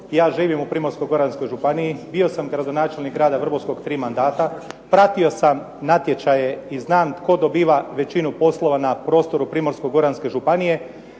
Ja živim u Primorsko-goranskoj županiji. Bio sam gradonačelnik grada Vrbovsko tri mandata. Pratio sam natječaje i znam tko dobiva većinu poslova na prostoru Primorsko-goranske županije